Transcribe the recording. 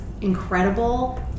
incredible